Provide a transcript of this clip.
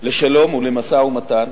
לשלום ולמשא-ומתן,